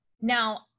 Now